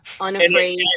unafraid